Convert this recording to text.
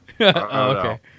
Okay